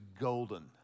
golden